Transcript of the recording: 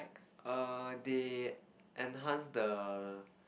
err they enhanced the